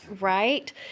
Right